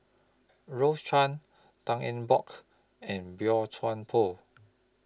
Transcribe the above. Rose Chan Tan Eng Bock and Boey Chuan Poh